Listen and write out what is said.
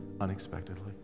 unexpectedly